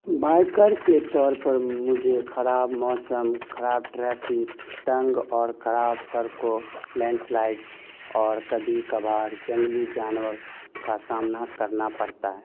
biker کے طور پر مجھے خراب موسم خراب ٹریفک تنگ اور خراب سڑکوں لینڈ سلائڈس اور کبھی کبھار جنگلی جانور کا سامنا کرنا پڑتا ہے